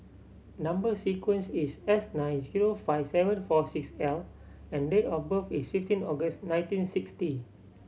number sequence is S nine zero five seven four six L and date of birth is fifteen August nineteen sixty